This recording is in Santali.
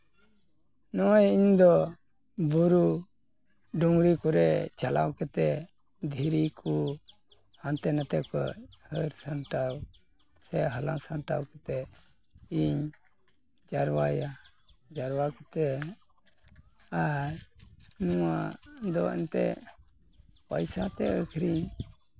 ᱱᱚᱜᱼᱚᱸᱭ ᱤᱧ ᱫᱚ ᱵᱩᱨᱩ ᱰᱩᱝᱨᱤ ᱠᱚᱨᱮ ᱪᱟᱞᱟᱣ ᱠᱟᱛᱮ ᱫᱷᱤᱨᱤ ᱠᱩ ᱦᱟᱱᱛᱮ ᱱᱟᱛᱮ ᱠᱷᱚᱡ ᱦᱟᱹᱨ ᱥᱟᱢᱴᱟᱣ ᱥᱮ ᱦᱟᱞᱟᱝ ᱥᱟᱢᱴᱟᱣ ᱠᱟᱛᱮ ᱤᱧ ᱡᱟᱨᱣᱟᱭᱟ ᱡᱟᱨᱣᱟ ᱠᱟᱛᱮ ᱟᱨ ᱱᱚᱣᱟ ᱫᱚ ᱮᱱᱛᱮᱫ ᱯᱟᱭᱥᱟ ᱛᱮ ᱟᱹᱠᱷᱨᱤᱧ